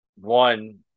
One